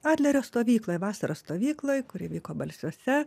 adlerio stovykloj vasaros stovykloj kuri vyko balsiuose